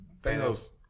Thanos